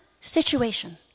situation